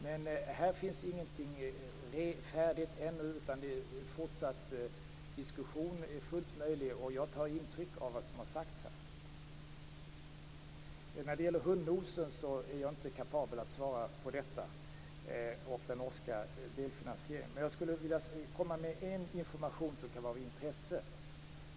Men här finns ingenting färdigt ännu. En fortsatt diskussion är fullt möjlig. Jag tar intryck av det som har sagts här. Jag är inte kapabel att svara på frågan om hundnosen och den norska delfinansieringen. Men jag skulle vilja komma med en information som kan vara av intresse.